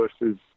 versus